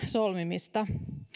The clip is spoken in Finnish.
solmimista